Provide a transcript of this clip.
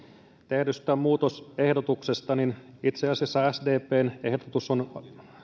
tehdystä muutosehdotuksesta itse asiassa sdpn ehdotus on